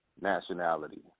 nationality